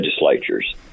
legislatures